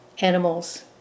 animals